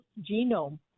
genome